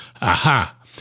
Aha